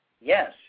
Yes